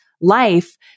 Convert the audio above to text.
life